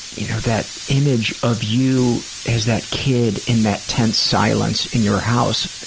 you know, that image of you as that kid in that tense silence in your house,